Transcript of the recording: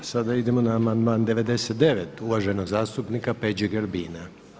Sada idemo na amandman 99 uvaženog zastupnika Peđe Grbina.